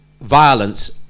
violence